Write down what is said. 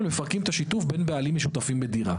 אבל הם מפרקים את השיתוף בין בעלים משותפים בדירה.